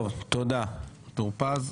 טוב תודה טור פז,